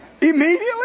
Immediately